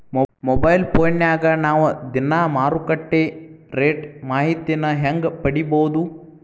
Mobile ಫೋನ್ಯಾಗ ನಾವ್ ದಿನಾ ಮಾರುಕಟ್ಟೆ ರೇಟ್ ಮಾಹಿತಿನ ಹೆಂಗ್ ಪಡಿಬೋದು?